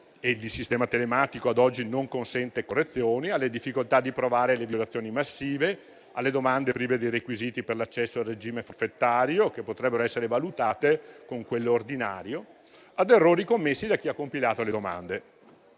e il sistema telematico ad oggi non consente correzioni), alle difficoltà di provare le violazioni massive, alle domande prive di requisiti per l'accesso al regime forfettario che potrebbero essere valutate con quello ordinario, ad errori commessi da chi ha compilato le domande.